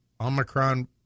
Omicron